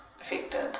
affected